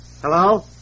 Hello